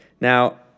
Now